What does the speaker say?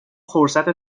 فرصت